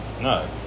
No